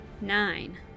Nine